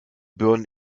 birnen